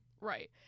right